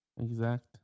exact